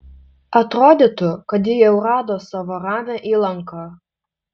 atrodytų kad ji jau rado savo ramią įlanką